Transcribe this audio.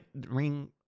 Ring